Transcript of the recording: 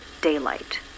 daylight